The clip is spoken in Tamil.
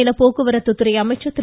மாநில போக்குவரத்துத்துறை அமைச்சர் திரு